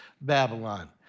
Babylon